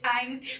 times